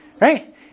Right